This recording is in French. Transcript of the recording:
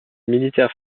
militaires